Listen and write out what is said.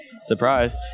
Surprise